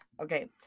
Okay